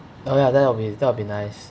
oh that'll be that'll be nice